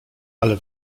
ale